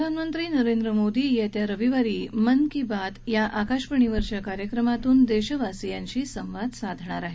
प्रधानमंत्री नरेंद्र मोदी येत्या रविवारी मन की बात या आकाशवाणीवरच्या कार्यक्रमातून देशवासियांशी संवाद साधणार आहेत